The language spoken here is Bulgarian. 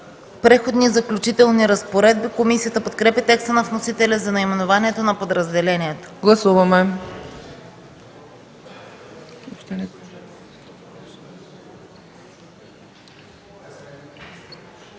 „Преходни и заключителни разпоредби”. Комисията подкрепя текста на вносителя за наименованието на подразделението.